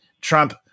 Trump